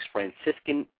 Franciscan